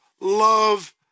love